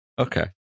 Okay